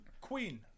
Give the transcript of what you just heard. queen